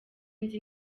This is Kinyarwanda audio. nzi